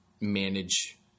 manage